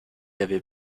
avait